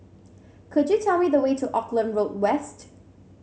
could you tell me the way to Auckland Road West